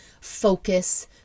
focus